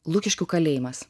lukiškių kalėjimas